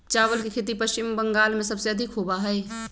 चावल के खेती पश्चिम बंगाल में सबसे अधिक होबा हई